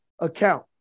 account